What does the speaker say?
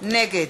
נגד